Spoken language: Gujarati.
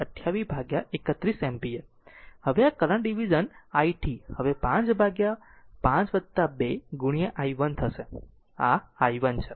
હવે આ કરંટ ડિવિઝન i t હવે 5 ભાગ્યા 5 2 i 1 થશે આ i 1 છે